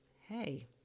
hey